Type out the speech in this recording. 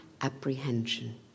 apprehension